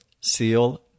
seal